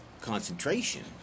Concentration